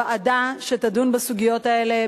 ועדה שתדון בסוגיות האלה,